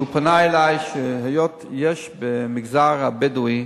שפנה אלי, היות שיש במגזר הבדואי,